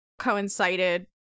coincided